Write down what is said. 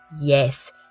yes